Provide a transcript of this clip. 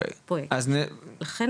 לכן,